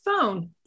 phone